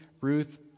Ruth